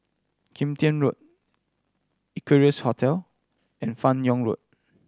Kim Tian Road Equarius Hotel and Fan Yoong Road